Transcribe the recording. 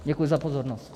Děkuji za pozornost.